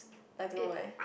I don't know eh